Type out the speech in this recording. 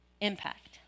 impact